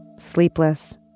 Sleepless